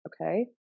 okay